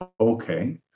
okay